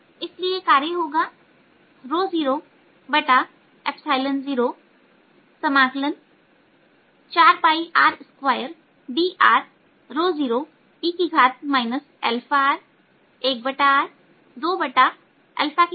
इसलिए कार्य होगा 00 4r2dr0e αr1r 23